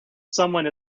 someone